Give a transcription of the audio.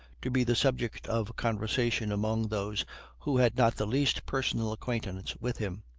to be the subject of conversation among those who had not the least personal acquaintance with him.